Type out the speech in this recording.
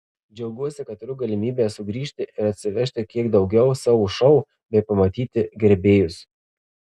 džiaugiuosi kad turiu galimybę sugrįžti ir atsivežti kiek daugiau savo šou bei pamatyti gerbėjus